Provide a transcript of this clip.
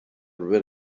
rid